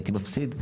והייתי מפסיד.